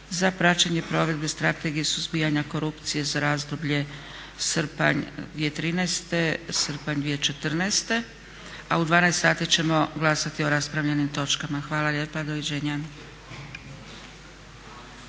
za praćenje provedbe Strategije suzbijanja korupcije za razdoblje srpanj 2013., srpanj 2014. a u 12,00 sati ćemo glasati o raspravljenim točkama. Hvala lijepa. Doviđenja!